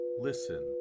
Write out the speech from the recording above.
listen